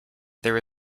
there